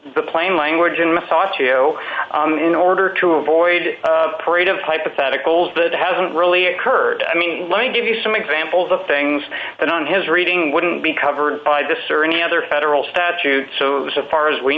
the plain language in massage to in order to avoid parade of hypotheticals but it hasn't really occurred i mean let me give you some examples of things that on his reading wouldn't be covered by this or any other federal statute so far as we